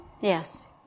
Yes